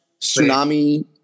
tsunami